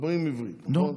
מדברים עברית, נכון?